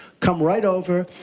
come right over.